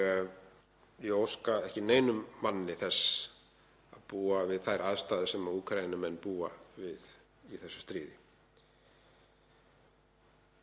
ég óska ekki neinum manni þess að búa við þær aðstæður sem Úkraínumenn búa við í þessu stríði.